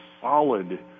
solid